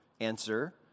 Answer